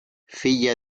figlia